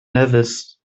nevis